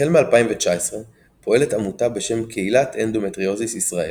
החל מ-2019 פועלת עמותה בשם "קהילת אנדומטריוזיס ישראל",